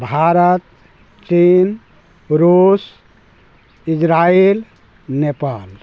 भारत चीन रूस इजराइल नेपाल